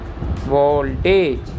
voltage